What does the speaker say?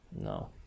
No